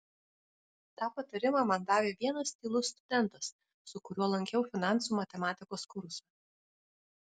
tą patarimą man davė vienas tylus studentas su kuriuo lankiau finansų matematikos kursą